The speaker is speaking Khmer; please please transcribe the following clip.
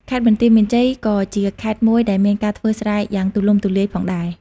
ខេត្តបន្ទាយមានជ័យ ក៏ជាខេត្តមួយដែលមានការធ្វើស្រែយ៉ាងទូលំទូលាយផងដែរ។